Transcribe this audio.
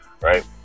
Right